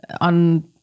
on